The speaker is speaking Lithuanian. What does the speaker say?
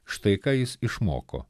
štai ką jis išmoko